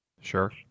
sure